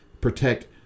protect